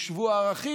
אנחנו בשבוע ערכים,